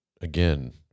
again